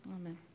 amen